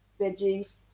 veggies